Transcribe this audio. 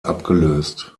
abgelöst